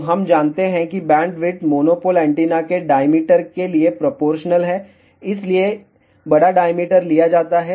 तो हम जानते हैं कि बैंडविड्थ मोनोपोल एंटीना के डाईमीटर के लिए प्रोपोर्शनल है इसलिए बड़ा डाईमीटर लिया जाता है